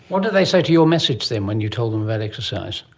what do they say to your message then when you tell them about exercise?